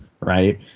Right